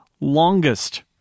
longest